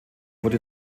wurde